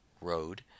Road